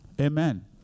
Amen